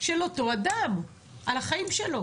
של אותו אדם על החיים שלו.